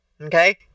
okay